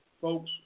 folks